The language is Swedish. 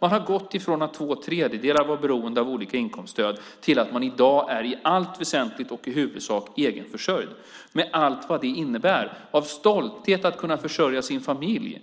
Man har gått ifrån att två tredjedelar var beroende av olika inkomststöd till att de i dag i allt väsentligt och i huvudsak är egenförsörjda med allt vad det innebär av stolthet att kunna försörja sin familj,